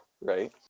right